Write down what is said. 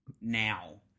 now